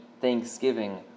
thanksgiving